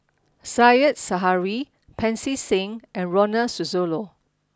said Zahari Pancy Seng and Ronald Susilo